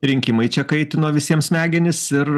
rinkimai čia kaitino visiems smegenis ir